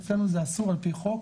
אצלנו זה אסור ע"י חוק